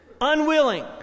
unwilling